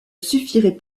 suffirait